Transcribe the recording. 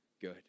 good